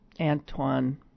Antoine